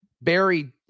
Barry